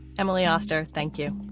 emily oster, thank you.